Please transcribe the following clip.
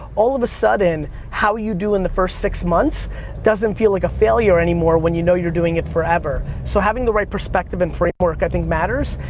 all of a sudden, how you do in the first six months doesn't feel like a failure anymore when you know you're doing it forever. so having the right perspective and framework i think matters,